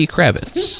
Kravitz